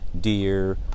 deer